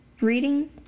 reading